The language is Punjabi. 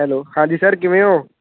ਹੈਲੋ ਹਾਂਜੀ ਸਰ ਕਿਵੇਂ ਹੋ